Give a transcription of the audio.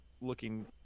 looking